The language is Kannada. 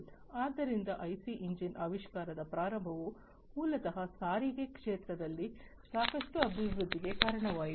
ಆದ್ದರಿಂದ ಐಸಿ ಎಂಜಿನ್ಗಳ ಆವಿಷ್ಕಾರದ ಪ್ರಾರಂಭವು ಮೂಲತಃ ಸಾರಿಗೆ ಕ್ಷೇತ್ರದಲ್ಲಿ ಸಾಕಷ್ಟು ಅಭಿವೃದ್ಧಿಗೆ ಕಾರಣವಾಯಿತು